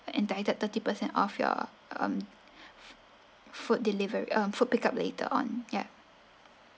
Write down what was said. entitled thirty percent of your um food deliver~ uh food pick up later on ya